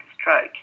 stroke